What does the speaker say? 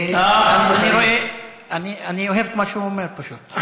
אני אוהב את מה שהוא אומר, פשוט.